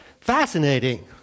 fascinating